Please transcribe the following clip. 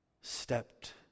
stepped